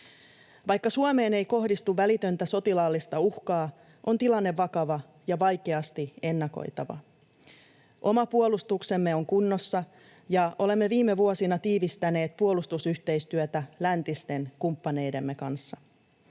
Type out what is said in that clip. Vaikka Suomeen ei kohdistu välitöntä sotilaallista uhkaa, on tilanne vakava ja vaikeasti ennakoitava. Oma puolustuksemme on kunnossa, ja olemme viime vuosina tiivistäneet puolustusyhteistyötä läntisten kumppaneidemme kanssa.